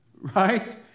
right